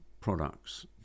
products